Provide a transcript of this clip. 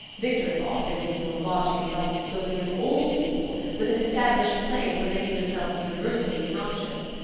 victor thought there would be more logic in thus disposing of old people with an established claim for making themselves universally obnoxious.